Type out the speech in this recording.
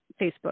Facebook